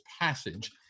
passage